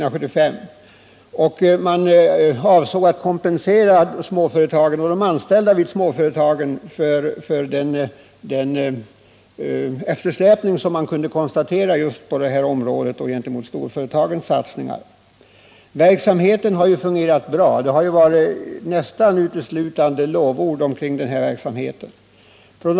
Avsikten var att kompensera småföretagen och deras anställda för den eftersläpning som man kunde konstatera vid en jämförelse med storföretagens satsningar. Verksamheten har fungerat bra, och man har nästan uteslutande kunnat höra lovord om den.